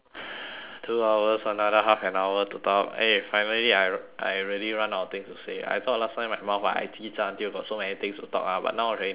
two hours another half and hour to talk eh finally I I really run out of things to say I thought last time my mouth ah I 叽喳 until got so many things to talk ah but now really nothing already